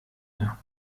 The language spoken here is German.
mehr